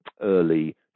early